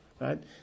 right